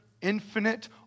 infinite